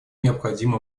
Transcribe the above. необходимо